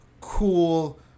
cool